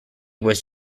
was